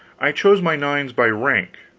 i chose my nines by rank,